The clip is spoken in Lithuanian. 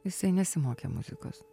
jisai nesimokė muzikos